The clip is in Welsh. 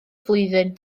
flwyddyn